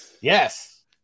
Yes